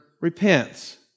repents